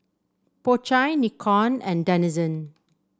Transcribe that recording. Po Chai Nikon and Denizen